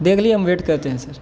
دیکھ لیجئے ہم ویٹ کرتے ہیں سر